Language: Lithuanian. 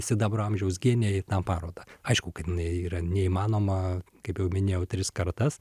sidabro amžiaus genijai tą parodą aišku kad jinai yra neįmanoma kaip jau minėjau tris kartas